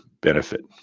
benefit